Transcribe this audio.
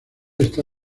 está